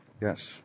Yes